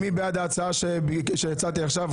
מי בעד קבלת ההצעה שהצעתי עכשיו?